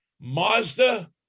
Mazda